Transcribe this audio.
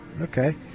Okay